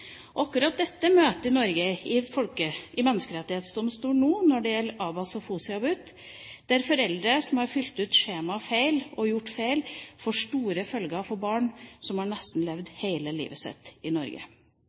Akkurat denne problemstillingen møter Norge nå i menneskerettighetsdomstolen når det gjelder Abbas og Fozia Butt, der det at foreldre har fylt ut skjemaer feil, og gjort feil, får store følger for barn som har levd nesten hele livet sitt i Norge.